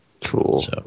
cool